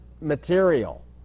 material